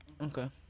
Okay